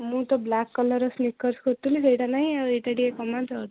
ମୁଁ ତ ବ୍ଲାକ୍ କଲର୍ର ସ୍ନିକର୍ସ୍ ଖୋଜୁଥିଲି ସେଇଟା ନାହିଁ ଆଉ ଏଇଟା ଟିକେ କମାନ୍ତୁ ଆହୁରି